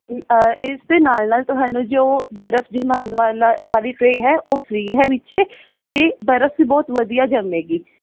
ਇਸ ਦੇ ਨਾਲ ਨਾਲ ਤੁਹਾਨੂੰ ਜੋ ਬਰਫ਼ ਜਮਾਣ ਵਾਲਾ ਵਾਲੀ ਟਰੇਅ ਹੈ ਉਹ ਫ੍ਰੀ ਹੈ ਵਿੱਚੇ ਤੇ ਬਰਫ਼ ਵੀ ਬਹੁਤ ਵਧੀਆ ਜੰਮੇਗੀ